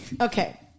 okay